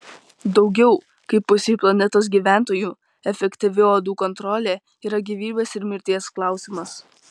daugiau kaip pusei planetos gyventojų efektyvi uodų kontrolė yra gyvybės ir mirties klausimas